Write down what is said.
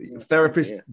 therapist